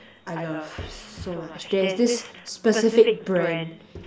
I love so much there's this specific brand